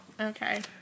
Okay